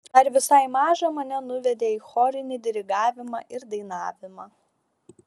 dar visai mažą mane nuvedė į chorinį dirigavimą ir dainavimą